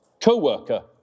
co-worker